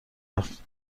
رفت